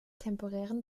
temporären